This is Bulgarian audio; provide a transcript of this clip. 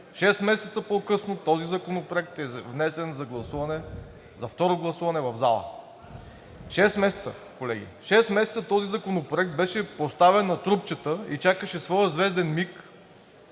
шест месеца по-късно този законопроект е внесен за второ гласуване в залата. Шест месеца, колеги! Шест месеца този законопроект беше поставен на трупчета и чакаше своя звезден миг